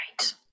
Right